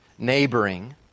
Neighboring